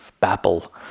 babble